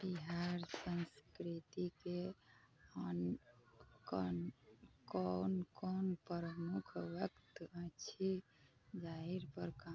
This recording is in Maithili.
बिहारक संस्कृति के कोन कोन प्रमुख तत्व अछि जाहि पर